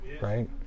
right